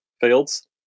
fields